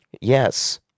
Yes